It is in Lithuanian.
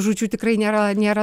žūčių tikrai nėra nėra